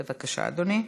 בבקשה, אדוני.